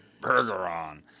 Bergeron